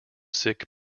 sick